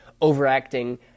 overacting